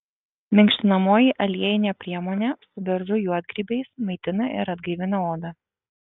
minkštinamoji aliejinė priemonė su beržų juodgrybiais maitina ir atgaivina odą